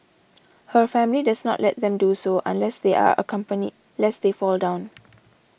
her family does not let them do so unless they are accompanied lest they fall down